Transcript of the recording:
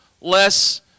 less